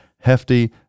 hefty